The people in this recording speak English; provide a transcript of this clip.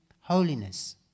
holiness